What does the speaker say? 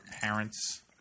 parents